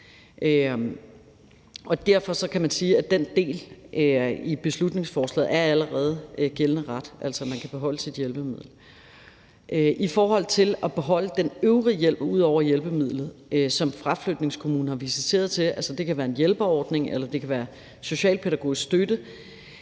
derfor kan man sige, at den del af beslutningsforslaget allerede er gældende ret, altså at man kan beholde sit hjælpemiddel. I forhold til at beholde den øvrige hjælp ud over hjælpemidlet, som fraflytningskommunen har visiteret til – det kan være en hjælperordning, eller det kan være socialpædagogisk støtte